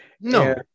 No